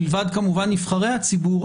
מלבד כמובן נבחרי הציבור,